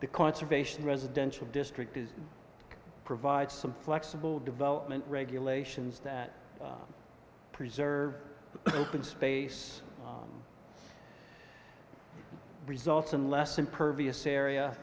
the conservation residential district is provide some flexible development regulations that preserve open space results in less impervious area